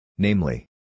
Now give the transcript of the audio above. Namely